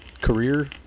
career